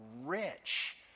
rich